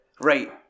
right